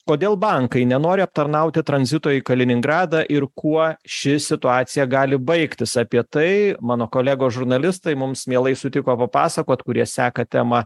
kodėl bankai nenori aptarnauti tranzito į kaliningradą ir kuo ši situacija gali baigtis apie tai mano kolegos žurnalistai mums mielai sutiko papasakot kurie seka temą